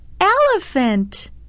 ELEPHANT